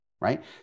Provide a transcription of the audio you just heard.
right